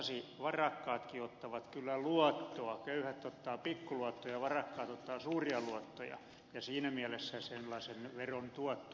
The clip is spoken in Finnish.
sasi varakkaatkin ottavat kyllä luottoa köyhät ottavat pikku luottoja varakkaat ottavat suuria luottoja ja siinä mielessä sellaisen veron kohtaanto on vähän erilainen